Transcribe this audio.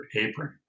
apron